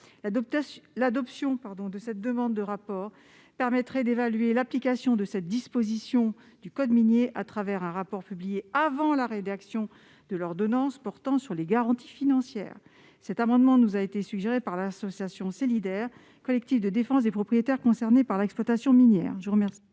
L'adoption de cet amendement permettrait l'évaluation de l'application de cette disposition du code minier un rapport publié avant la rédaction de l'ordonnance portant sur les garanties financières. Cet amendement nous a été suggéré par l'association SEL'idaire, collectif de défense des propriétaires concernés par l'exploitation minière